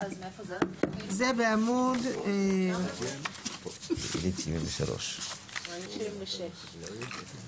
זה בעמוד 14 פסקה (2).